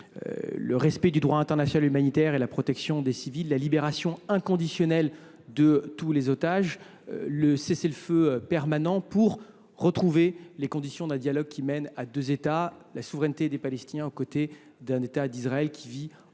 le respect du droit international humanitaire, la protection des civils, la libération inconditionnelle de tous les otages et un cessez le feu permanent pour retrouver les conditions d’un dialogue menant à deux États et assurant la souveraineté des Palestiniens aux côtés d’un État d’Israël vivant en